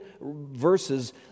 verses